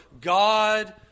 God